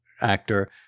actor